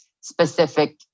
specific